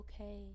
okay